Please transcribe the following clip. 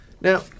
Now